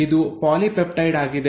ಇದು ಪಾಲಿಪೆಪ್ಟೈಡ್ ಆಗಿದೆ